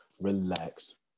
relax